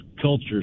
culture